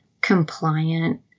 compliant